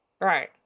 Right